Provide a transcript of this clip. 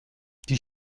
die